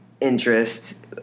interest